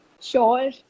Sure